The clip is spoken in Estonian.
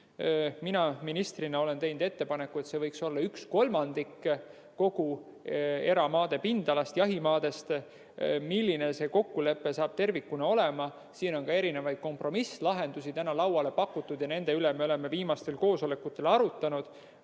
Mina ministrina olen teinud ettepaneku, et see võiks olla 1/3 kogu eramaade pindalast, jahimaadest. Milline see kokkulepe tervikuna tuleb? Siin on ka teatud kompromisslahendusi välja pakutud ja neid me oleme viimastel koosolekutel arutanud.